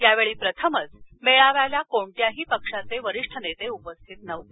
यावेळी प्रथमच मेळाव्याला कोणत्याही पक्षाचे वरिष्ठ नेते उपस्थित नव्हते